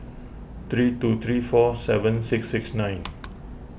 three two three four seven six six nine